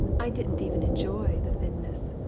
i didn't even enjoy the thinness,